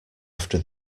after